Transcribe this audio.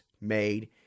made